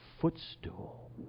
footstool